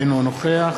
אינו נוכח